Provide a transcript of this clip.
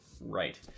Right